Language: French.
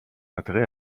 intérêt